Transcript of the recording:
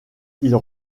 ils